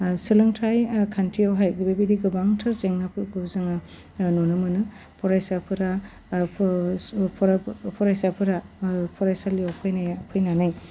सोलोंथाइ खान्थियावहाय बेबायदि गोबांथार जेंनाफोरखौ जोङो नुनो मोनो फरायसाफोरा फरायसाफोरा फरायसालियाव फैनाया फैनानै